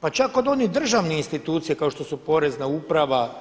Pa čak od onih državnih institucija kao što su porezna uprava